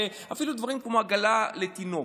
אפילו בדברים כמו עגלה לתינוק.